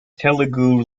telugu